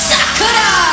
Sakura